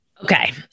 Okay